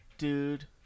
Dude